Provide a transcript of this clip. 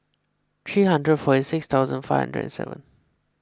three hundred forty six thousand five hundred and seven